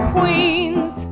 Queens